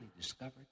discovered